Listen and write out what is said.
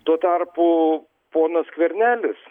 tuo tarpu ponas skvernelis